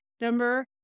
Number